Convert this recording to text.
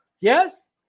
Yes